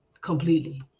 completely